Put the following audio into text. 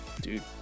dude